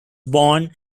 born